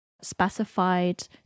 specified